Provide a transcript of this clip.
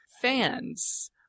fans